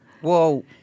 Whoa